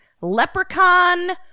Leprechaun